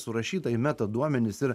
surašyta į metaduomenis ir